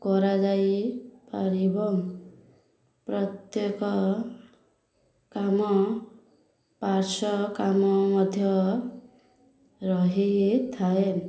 କରାଯାଇପାରିବ ପ୍ରତ୍ୟେକ କାମ ପାର୍ଶ୍ୱ କାମ ମଧ୍ୟ ରହିଥାଏ